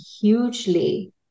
hugely